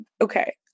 Okay